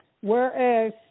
Whereas